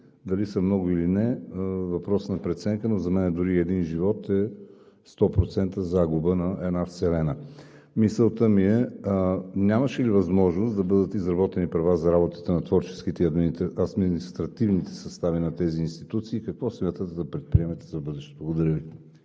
Дали са много или не – въпрос на преценка, но за мен дори и един живот е 100% загуба на една вселена. Мисълта ми е: нямаше ли възможност да бъдат изработени правила за работата на творческите и административните състави на тези институции? Какво смятате да предприемете в бъдеще? Благодаря Ви.